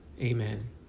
Amen